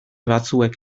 batzuek